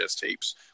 tapes